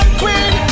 queen